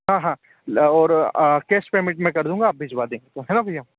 हाँ हाँ और कैश पेमेंट मैं कर दूंगा आप भिजवा दें है ना भैया